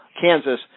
Kansas